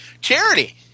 Charity